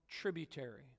tributary